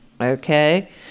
Okay